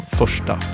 första